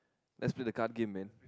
that's be the car game man